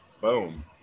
Boom